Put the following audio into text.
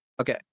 Okay